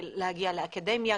להגיע לאקדמיה.